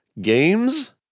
games